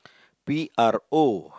P R O